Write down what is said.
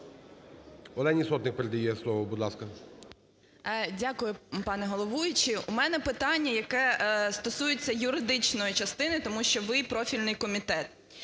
Олені Сотник передає слово. Будь ласка.